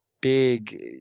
big